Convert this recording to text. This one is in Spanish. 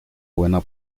buena